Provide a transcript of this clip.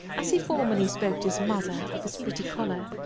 as he formerly spoke to his mother of his pretty collar,